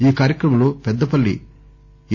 ఈ కార్యక్రమంలో పెద్దపల్లి ఎ